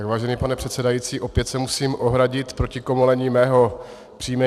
Vážený pane předsedající, opět se musím ohradit proti komolení mého příjmení.